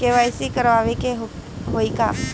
KYC करावे के होई का?